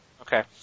Okay